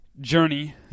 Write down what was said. Journey